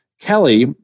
Kelly